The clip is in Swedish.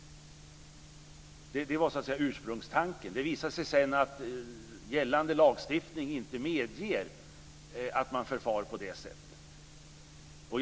Det var ursprungstanken. Det visade sig sedan att gällande lagstiftning inte medger att man förfar på det sättet.